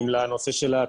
ולצערי הרב,